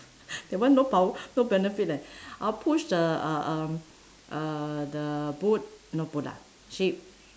that one no pow~ no benefit leh I will push the uh um uh the boat no boat lah ship